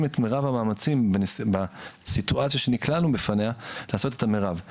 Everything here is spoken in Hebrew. את מרב המאמצים בסיטואציה שנקלענו בפניה לעשות את המרב.